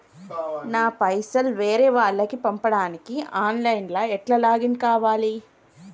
నా పైసల్ వేరే వాళ్లకి పంపడానికి ఆన్ లైన్ లా ఎట్ల లాగిన్ కావాలి?